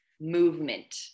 movement